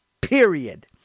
period